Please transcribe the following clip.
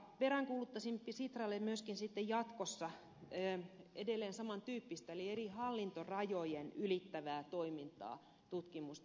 peräänkuuluttaisin sitralle myöskin sitten jatkossa edelleen saman tyyppistä eli eri hallintorajoja ylittävää toimintaa tutkimusta